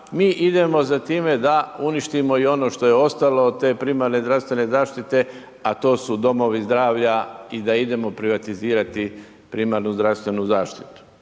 mi idemo za time da uništimo i ono što je ostalo te primarne zdravstvene zaštite, a to su domovi zdravlja i da idemo privatizirati primarnu zdravstvenu zaštitu.